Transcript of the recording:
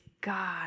God